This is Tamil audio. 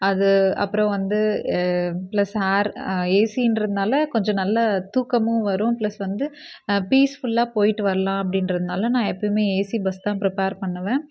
அது அப்புறம் வந்து ப்ளஸ் ஏர் ஏசின்றதுனால் கொஞ்சம் நல்ல தூக்கமும் வரும் ப்ளஸ் வந்து பீஸ்ஃபுல்லாக போயிட்டு வரலாம் அப்படின்றதுனால நான் எப்போயுமே ஏசி பஸ் தான் ப்ரிப்பேர் பண்ணுவேன்